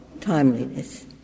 timeliness